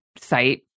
site